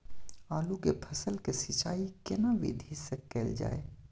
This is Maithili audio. आलू के फसल के सिंचाई केना विधी स कैल जाए?